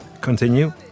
continue